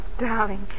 Darling